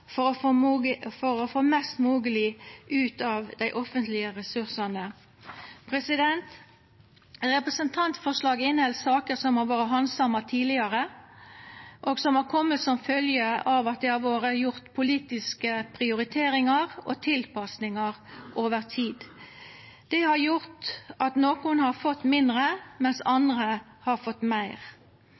å gjera prioriteringar for å få mest mogleg ut av dei offentlege ressursane. Representantforslaget inneheld saker som har vore handsama tidlegare, og som har kome som følgje av at det har vore gjort politiske prioriteringar og tilpassingar over tid. Det har gjort at nokon har fått mindre, medan andre har fått meir.